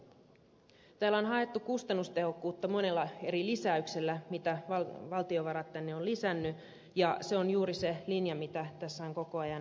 täällä on haettu kustannustehokkuutta monella eri lisäyksellä joita valtiovarat tänne on lisännyt ja se on juuri se linja mitä tässä on koko ajan peräänkuulutettu